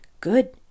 Good